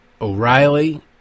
O'Reilly